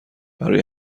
برای